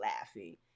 laughing